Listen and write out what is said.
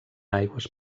aigües